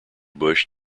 bush